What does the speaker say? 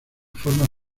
formas